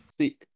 See